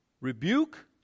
rebuke